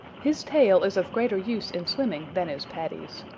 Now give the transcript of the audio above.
his tail is of greater use in swimming than is paddy's.